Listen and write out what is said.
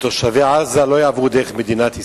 ותושבי עזה לא יעברו דרך מדינת ישראל.